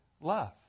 love